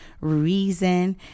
reason